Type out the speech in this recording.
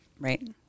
Right